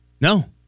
No